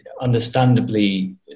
understandably